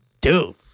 Dude